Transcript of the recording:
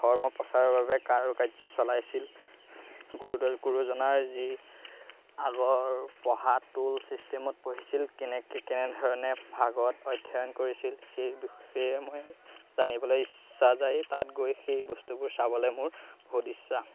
ধৰ্ম প্ৰচাৰৰ বাবে কাৰ্য চলাইছিল গুৰুদ গুৰুজনাৰ যি আগৰ পঢ়া টোল ছিষ্টেমত পঢ়িছিল কেনেকৈ কেনেধৰণে ভাগৱত অধ্যয়ন কৰিছিল সেই সেইসমূহ মই জানিবলৈ ইচ্ছা যায় তাত গৈ সেই বস্তুবোৰ চাবলৈ মোৰ বহুত ইচ্ছা